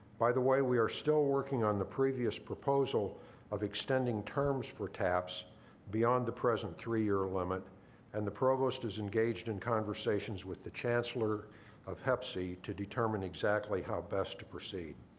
by the way, we are still working on the previous proposal of extending terms for taps beyond the present three year limit and the provost is engaged in conversations with the chancellor of hepc to determine exactly how best to proceed.